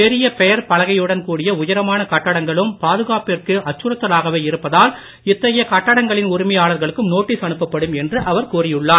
பெரிய பெயர்ப் பலகையுடன் கூடிய உயரமான கட்டிடங்களும் பாதுகாப்பிற்கு அச்சுறுத்தலாகவே இருப்பதால் இத்தகைய கட்டிடங்களின் உரிமையாளர்களுக்கும் நோட்டீஸ் அனுப்பப் படும் என்று அவர் கூறியுள்ளார்